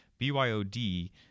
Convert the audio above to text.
BYOD